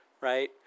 right